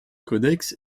codex